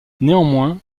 néanmoins